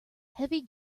heavy